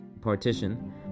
Partition